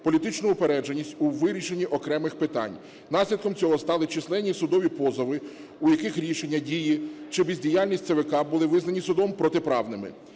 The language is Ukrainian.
політичну упередженість у вирішенні окремих питань. Наслідком цього стали численні судові позови, у яких рішення, дії чи бездіяльність ЦВК були визнані судом протиправними.